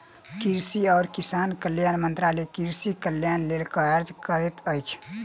कृषि आ किसान कल्याण मंत्रालय कृषि कल्याणक लेल कार्य करैत अछि